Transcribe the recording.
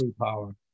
power